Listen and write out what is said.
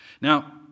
Now